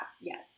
yes